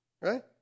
right